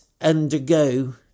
undergo